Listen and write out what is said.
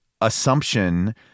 assumption